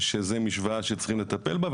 שזה משוואה שצריכים לטפל בה.